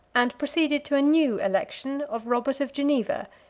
and proceeded to a new election of robert of geneva,